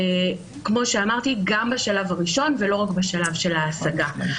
כמו שאמרתי, גם בשלב הראשון ולא רק בשלב של ההשגה.